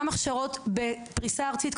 גם הכשרות בפרישה ארצית,